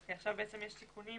יש תיקונים